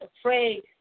afraid